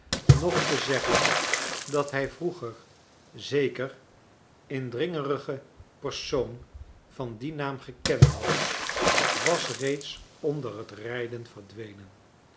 noch te zeggen dat hij vroeger zeker indringerige persoon van dien naam gekend had was reeds onder het rijden verdwenen